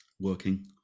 working